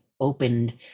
opened